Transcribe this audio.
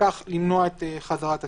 ובכך למנוע את חזרת השיק.